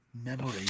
memory